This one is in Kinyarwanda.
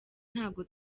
ntabwo